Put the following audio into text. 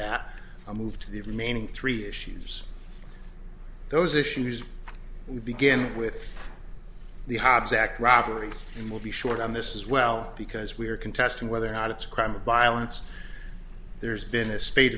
that a move to the remaining three issues those issues we began with the hobbs act robbery and will be short on this as well because we are contesting whether or not it's a crime of violence there's been a spate